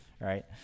right